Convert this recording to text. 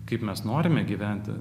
kaip mes norime gyventi